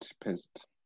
pissed